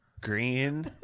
Green